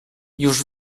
już